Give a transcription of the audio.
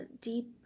deep